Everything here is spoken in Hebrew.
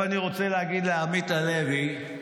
אני רוצה להגיד לעמית הלוי,